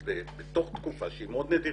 בתוך תקופה שהיא מאוד נדירה.